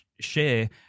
share